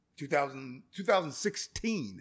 2016